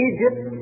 Egypt